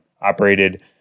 operated